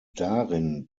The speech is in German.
darin